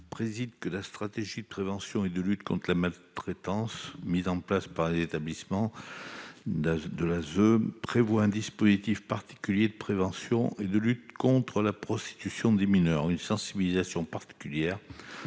précise que la stratégie de prévention et de lutte contre la maltraitance mise en place par les établissements et services de l'aide sociale à l'enfance prévoit un dispositif particulier de prévention et de lutte contre la prostitution des mineurs. Une sensibilisation particulière